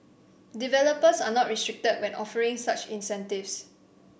developers are not restricted when offering such incentives